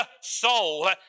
soul